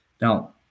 Now